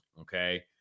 okay